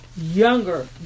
younger